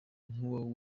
nk’uwo